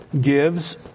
gives